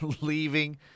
leaving